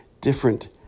different